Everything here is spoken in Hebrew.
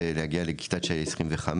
להגיע לכיתה עם 25,